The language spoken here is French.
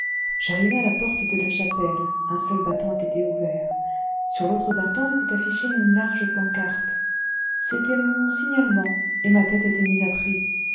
j'arrivai à la porte de la chapelle un seul battant était ouvert sur l'autre battant était affichée une large pancarte c'était mon signalement et ma tête était mise à prix